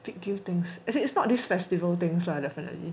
big deal things as in it's not this festival things lah definitely